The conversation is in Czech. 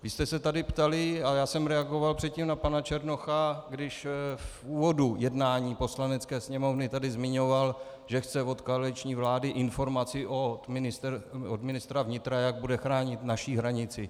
Vy jste se tady ptali, a já jsem předtím reagoval na pana Černocha, když v úvodu jednání Poslanecké sněmovny tady zmiňoval, že chce od koaliční vlády informaci od ministra vnitra, jak bude chránit naši hranici.